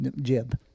Jib